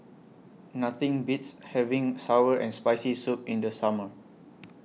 Nothing Beats having Sour and Spicy Soup in The Summer